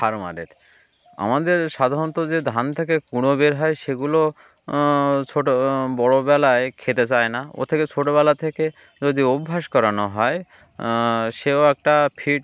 ফার্মারের আমাদের সাধারণত যে ধান থেকে কুঁড়ো বের হয় সেগুলো ছোটো বড়োবেলায় খেতে চায় না ওর থেকে ছোটোবেলা থেকে যদি অভ্যাস করানো হয় সেও একটা ফিড